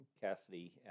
Cassidy